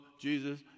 Jesus